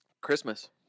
Christmas